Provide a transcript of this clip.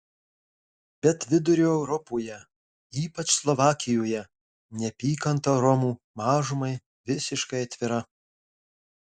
bet vidurio europoje ypač slovakijoje neapykanta romų mažumai visiškai atvira